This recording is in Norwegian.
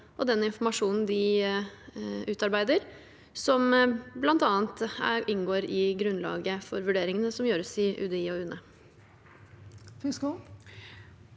og den informasjonen de utarbeider, som bl.a. inngår i grunnlaget for vurderingene som gjøres i UDI og UNE. Ingrid